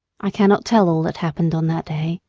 i cannot tell all that happened on that day,